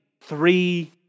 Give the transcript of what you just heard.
three